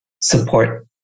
support